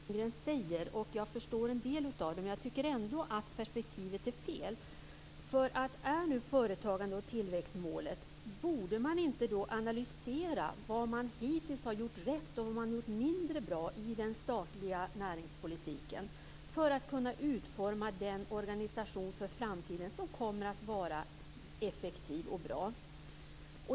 Fru talman! Jag hör vad Sylvia Lindgren säger, och jag förstår en del av det. Men jag tycker ändå att perspektivet är fel. Om nu företagande och tillväxt är målet, borde man då inte analysera vad man hittills har gjort rätt och vad man har gjort mindre bra i den statliga näringspolitiken för att kunna utforma den organisation för framtiden som kommer att vara effektiv och bra?